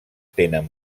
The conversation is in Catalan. tenen